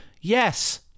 Yes